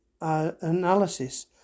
analysis